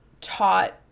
taught